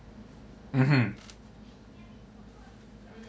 mmhmm